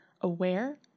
aware